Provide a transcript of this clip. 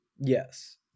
Yes